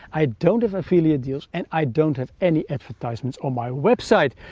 i don't have affiliate deals and i don't have any advertisements on my website.